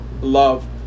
love